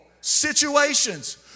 situations